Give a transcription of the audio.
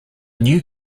new